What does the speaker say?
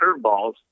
curveballs